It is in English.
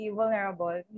vulnerable